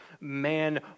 man